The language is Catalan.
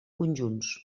conjunts